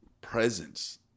presence